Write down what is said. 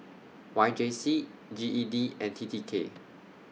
Y J C G E D and T T K